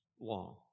long